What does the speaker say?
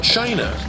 China